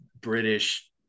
British